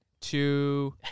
two